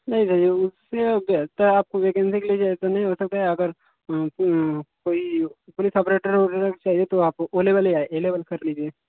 नहीं नहीं उससे बेहतर आपको वेकेंसी के लिए जो है सो नहीं होता है अगर को कोई पूलिस ऑपरेटर वगैरह चाहिए तो ओ लेवल या ए लेवल कर लीजिए